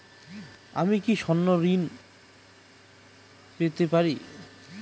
আমি কি স্বর্ণ ঋণ পেতে পারি?